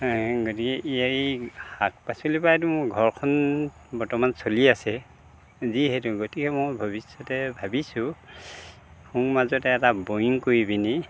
গতিকে এই শাক পাচলিৰ পৰাইতো মোৰ ঘৰখন বৰ্তমান চলি আছে যিহেতু গতিকে মই ভৱিষ্যতে ভাবিছোঁ সোঁ মাজতে এটা বৰিঙ কৰি পিনি